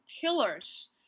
pillars